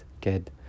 good